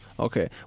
Okay